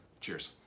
Cheers